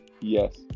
Yes